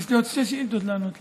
יש לי עוד שתי שאילתות, לענות לה.